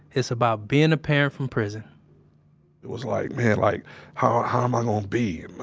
it's about being a parent from prison it was like, man, like how how am i gonna be.